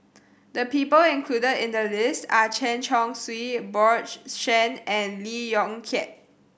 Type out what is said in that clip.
the people included in the list are Chen Chong Swee Bjorn Shen and Lee Yong Kiat